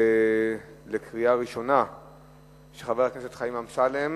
של חברי הכנסת חיים אמסלם